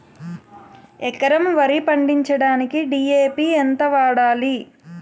ఎకరం వరి పండించటానికి డి.ఎ.పి ఎంత వాడాలి?